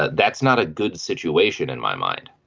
ah that's not a good situation in my mind